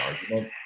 argument